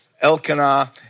Elkanah